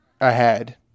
ahead